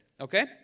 Okay